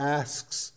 asks